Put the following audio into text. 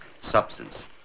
substance